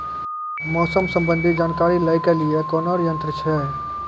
मौसम संबंधी जानकारी ले के लिए कोनोर यन्त्र छ?